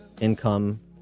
income